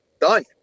done